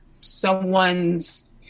someone's